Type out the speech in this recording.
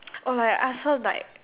oh I ask her like